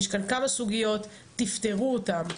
יש כאן כמה סוגיות תפתרו אותם.